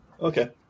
Okay